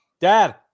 Dad